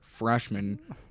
freshman